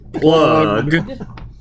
Plug